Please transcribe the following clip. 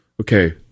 Okay